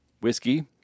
whiskey